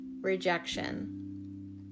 rejection